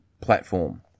platform